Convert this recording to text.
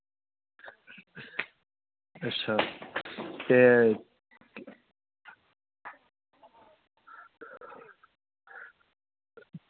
अच्छा ते